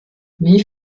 wie